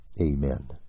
Amen